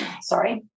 Sorry